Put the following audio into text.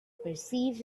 perceived